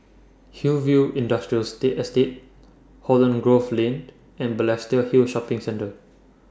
Hillview Industrial State Estate Holland Grove Lane and Balestier Hill Shopping Centre